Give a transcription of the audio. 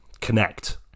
connect